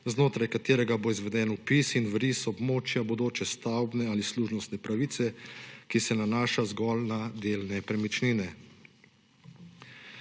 znotraj katerega bo izveden opis in vris območja bodoče stavbne ali služnostne pravice, ki se nanaša zgolj na del nepremičnine.